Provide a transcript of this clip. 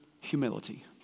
humility